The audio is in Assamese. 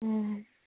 অঁ